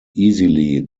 easily